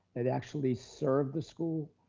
that actually serve the school.